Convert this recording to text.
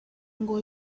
ngo